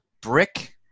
Brick